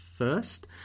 First